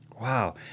Wow